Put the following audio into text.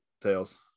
Tails